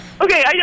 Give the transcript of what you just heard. Okay